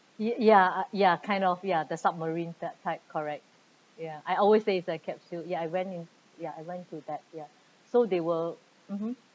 ya ya ya kind of ya the submarine that type correct ya I always say it like capsule ya I went in ya I went to that ya so they were mmhmm